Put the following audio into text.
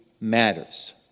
matters